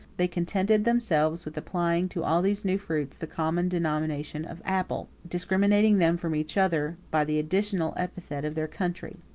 they contented themselves with applying to all these new fruits the common denomination of apple, discriminating them from each other by the additional epithet of their country.